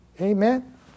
Amen